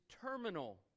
terminal